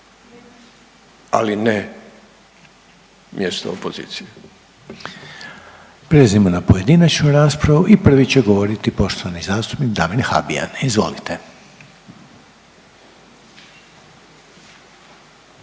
Željko (HDZ)** Prelazimo na pojedinačnu raspravu i prvi će govoriti poštovani zastupnik Damir Habijan. Izvolite.